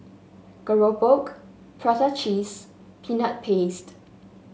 keropok Prata Cheese Peanut Paste